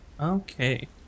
Okay